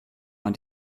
man